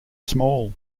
small